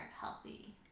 healthy